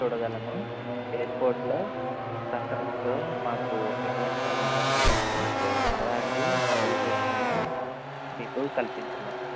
చూడగలము ఎయిర్పోర్ట్లో కస్టమ్స్తో మాకు ఎటువంటి సంబంధం లేదండి అలాంటి సర్వీసెస్ మేము మీకు కల్పించలేం